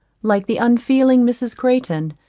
like the unfeeling mrs. crayton,